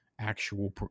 actual